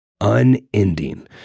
Unending